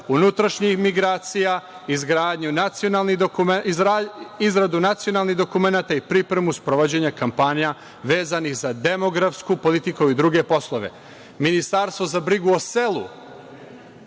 unutrašnjih migracija, izradu nacionalnih dokumenata i pripremu sprovođenja kampanja vezanih za demografsku politiku, kao i druge